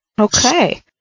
Okay